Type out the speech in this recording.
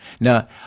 Now